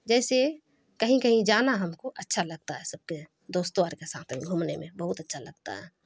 جیسے کہیں کہیں جانا ہم کو اچھا لگتا ہے سب کے دوستوں اور کے ساتھ گھومنے میں بہت اچھا لگتا ہے